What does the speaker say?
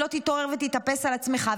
אם לא תתעורר ותתאפס על עצמך,